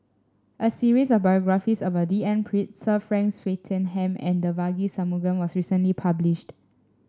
a series of biographies about D N Pritt Sir Frank Swettenham and Devagi Sanmugam was recently published